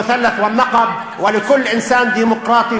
במשולש ובנגב ולכל אדם דמוקרטי